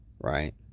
right